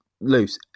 loose